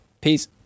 Peace